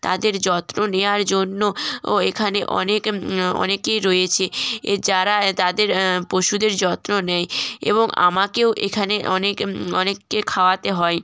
তাদের যত্ন নেওয়ার জন্য এখানে অনেক অনেকেই রয়েছে যারা তাদের পশুদের যত্ন নেয় এবং আমাকেও এখানে অনেক অনেককে খাওয়াতে হয়